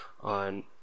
on